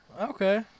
Okay